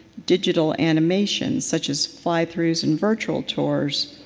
digital animation such as fly through some virtual tours,